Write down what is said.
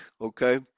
okay